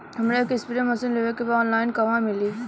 हमरा एक spray machine लेवे के बा ऑनलाइन कहवा मिली?